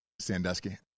Sandusky